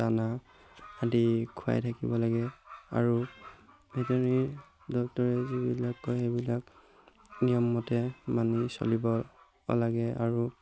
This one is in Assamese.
দানা আদি খুৱাই থাকিব লাগে আৰু ভেটেনেৰি ডক্টৰে যিবিলাক কয় সেইবিলাক নিয়মমতে মানি চলিব লাগে আৰু